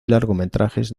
largometrajes